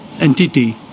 entity